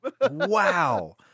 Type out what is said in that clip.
wow